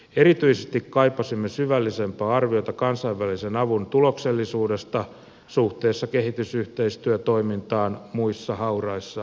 erityisesti kaipasimme syvällisempää arviota kansainvälisen avun tuloksellisuudesta suhteessa kehitysyhteistyötoimintaan muissa hauraissa valtioissa